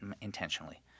intentionally